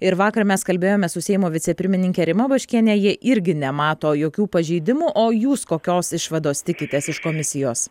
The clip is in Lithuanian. ir vakar mes kalbėjomės su seimo vicepirmininke rima baškiene ji irgi nemato jokių pažeidimų o jūs kokios išvados tikitės iš komisijos